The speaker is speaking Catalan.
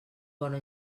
bona